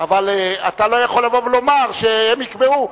אבל אתה לא יכול לבוא ולומר שהם יקבעו.